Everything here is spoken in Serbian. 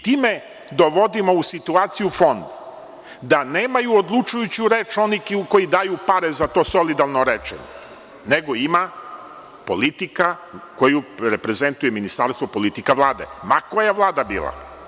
Time dovodimo u situaciju Fond da nemaju odlučujuću reč oni koji daju pare za to solidarno lečenje, nego ima politika koju reprezentuje Ministarstvo, politika Vlade, ma koja Vlada bila.